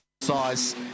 size